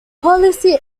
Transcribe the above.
policy